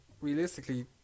Realistically